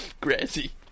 Grassy